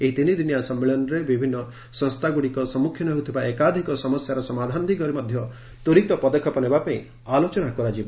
ଏହି ତିନିଦିନିଆ ସମ୍ମିଳନୀରେ ବିଭିନ୍ନ ସଂସ୍ଥାଗୁଡ଼ିକ ସମ୍ମୁଖୀନ ହେଉଥିବା ଏକାଧିକ ସମସ୍ୟାର ସମାଧାନ ଦିଗରେ ମଧ୍ୟ ତ୍ୱରିତ ପଦକ୍ଷେପ ନେବା ପାଇଁ ଆଲୋଚନା କରାଯିବ